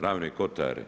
Ravne Kotare.